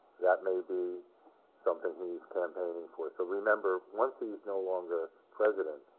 that may be something he's campaigning for. so remember, once he's no longer president,